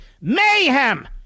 mayhem